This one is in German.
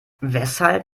weshalb